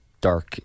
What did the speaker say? dark